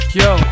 yo